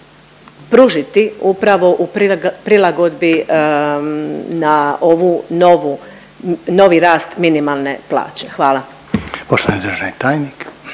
pružiti upravo u prilagodbi na ovu novu, novi rast minimalne plaće? Hvala.